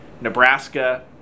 Nebraska –